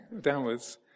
downwards